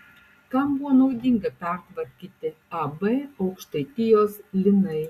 kam buvo naudinga pertvarkyti ab aukštaitijos linai